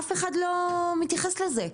אף אחד לא מתייחס לזה,